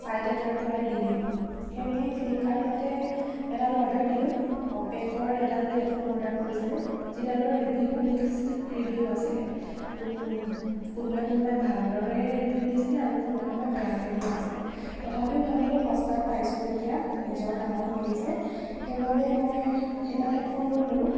চাইট এটাৰ পৰাই দি দিওঁ সেইবুলি ফ্লিপকাৰ্টতে এডাল অৰ্ডাৰ দিলোঁ অপেকৰ এডাল হেডফোন অৰ্ডাৰ কৰিছিলোঁ যিডালৰ ৰীভিউ মিক্সড ৰীভিউ আছিলে কোনোবাই কোনোবাই ভাল দৰে ৰীভিউ দিছিলে আৰু কোনোবাই কোনোবাই বেয়াকে দিয়া আছিল তথাপিও ভাবিলোঁ সস্তাত পাইছোঁ যেতিয়া নিজৰ দামত মিলিছে সেইবাবে মই সেইডাল হেডফোনলৈ ল'লো